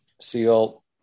seal